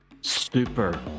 super